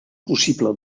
possible